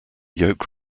yolk